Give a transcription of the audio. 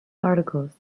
articles